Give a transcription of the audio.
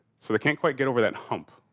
so they can't quite get over that hump.